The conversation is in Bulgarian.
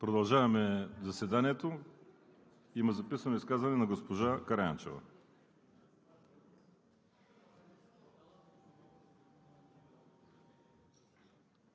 Продължаваме заседанието. Има записано изказване на госпожа Караянчева.